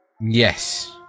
Yes